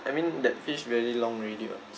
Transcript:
I mean that fish very long already [what]